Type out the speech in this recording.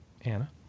Anna